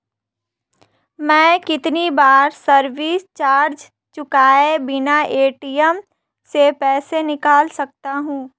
मैं कितनी बार सर्विस चार्ज चुकाए बिना ए.टी.एम से पैसे निकाल सकता हूं?